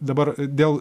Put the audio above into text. dabar dėl